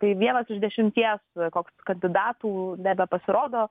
tai vienas iš dešimties koks kandidatų nebepasirodo